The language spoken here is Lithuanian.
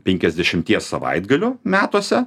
penkiasdešimties savaitgalių metuose